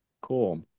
cool